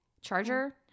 charger